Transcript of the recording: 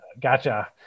gotcha